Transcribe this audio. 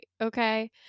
Okay